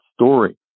story